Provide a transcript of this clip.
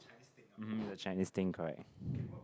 mmhmm the Chinese think correct